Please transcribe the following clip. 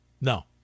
No